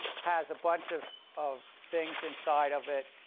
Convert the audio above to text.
has a bunch of of things inside of it.